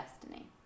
destiny